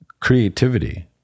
creativity